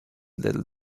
little